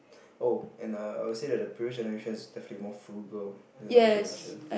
oh and err I will say the previous generations is definitely more frugal than our generation